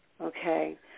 okay